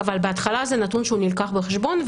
אבל בהתחלה זה נתון שהוא נלקח בחשבון,